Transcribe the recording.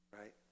right